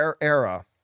era